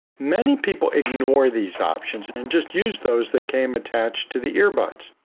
many people ignore these options and just use those that came attached to the earbuds.